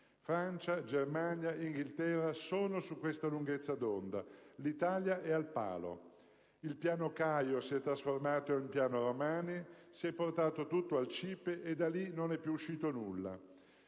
Francia, Germania, Inghilterra sono su questa lunghezza d'onda. L'Italia è al palo. Il piano Caio si è trasformato in piano Romani; si è portato il tutto al CIPE e da lì non è più uscito nulla.